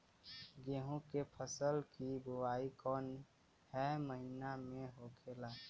गेहूँ के फसल की बुवाई कौन हैं महीना में होखेला?